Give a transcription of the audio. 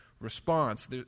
response